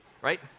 Right